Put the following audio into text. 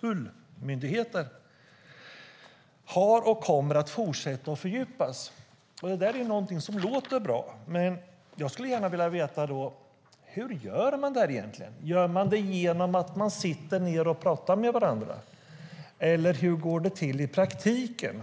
tullmyndigheter har fördjupats och kommer att fortsätta fördjupas". Det låter bra, men jag skulle gärna vilja veta hur man egentligen gör. Gör man det genom att sitta ned och prata med varandra, eller hur går det till i praktiken?